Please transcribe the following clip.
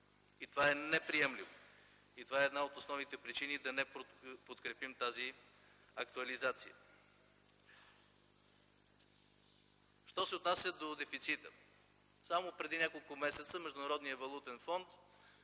И това е неприемливо. И това е една от основните причини да не подкрепим тази актуализация. Що се отнася до дефицита, само преди няколко месеца Международният валутен фонд